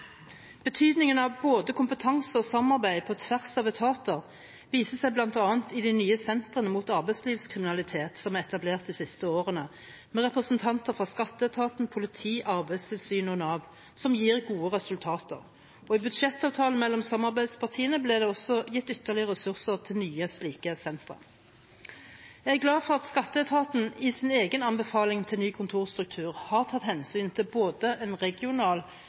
Betydningen av både kompetanse og samarbeid på tvers av etater viser seg bl.a. i de nye sentrene mot arbeidslivskriminalitet som er etablert de siste årene, med representanter fra Skatteetaten, politi, Arbeidstilsynet og Nav, som gir gode resultater. I budsjettavtalen mellom samarbeidspartiene ble det også gitt ytterligere ressurser til nye slike sentre. Jeg er glad for at Skatteetaten i sin egen anbefaling til ny kontorstruktur har tatt hensyn til både en regional